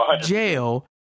jail